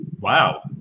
Wow